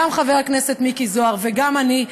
גם חבר הכנסת מיקי זוהר וגם אני,